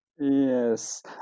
Yes